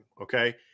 Okay